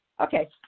Okay